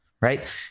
right